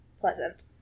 pleasant